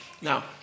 Now